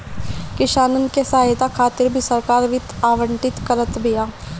किसानन के सहायता खातिर भी सरकार वित्त आवंटित करत बिया